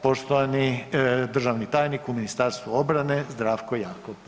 Poštovani državni tajnik u Ministarstvu obrane, Zdravko Jakop.